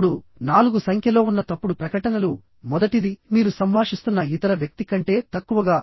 ఇప్పుడు 4 సంఖ్యలో ఉన్న తప్పుడు ప్రకటనలు మొదటిది మీరు సంభాషిస్తున్న ఇతర వ్యక్తి కంటే తక్కువగా